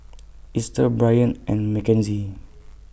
Esta Brion and Mckenzie